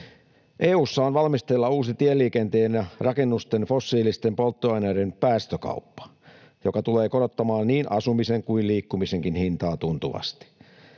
EU:ssa on valmisteilla uusi tieliikenteen ja rakennusten fossiilisten polttoaineiden päästökauppa, joka tulee korottamaan niin asumisen kuin liikkumisenkin hintaa tuntuvasti.